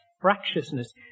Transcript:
fractiousness